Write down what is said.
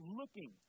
looking